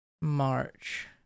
March